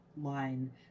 line